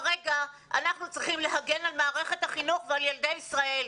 כרגע אנחנו צריכים להגן על מערכת החינוך ועל ילדי ישראל,